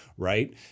Right